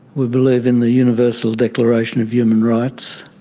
we believe in the universal declaration of human rights